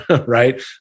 right